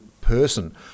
person